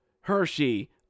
Hershey